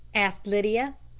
asked lydia.